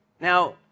Now